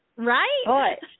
Right